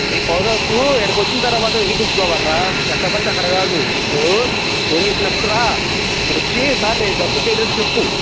నీ పౌర హక్కు ఇక్కడికి వచ్చిన తర్వాత వినిపించుకోవాలిరా ఎక్కడపడితే అక్కడ కాదు నువ్వు ఫోన్ చేసినప్పుడు రా వచ్చి సార్ నేను ఈ తప్పు చేయలేదు అని చెప్పు